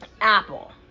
Apple